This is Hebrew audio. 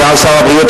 סגן שר הבריאות,